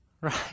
Right